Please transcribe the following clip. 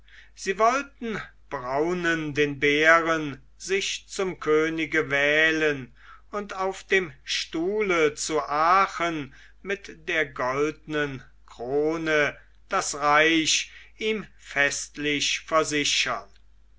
sie wollten braunen den bären sich zum könige wählen und auf dem stuhle zu aachen mit der goldenen krone das reich ihm festlich versichern